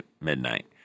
midnight